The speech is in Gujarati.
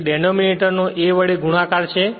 તેથી આ ડેનોમીનેટર નો a વડે ગુણાકાર છે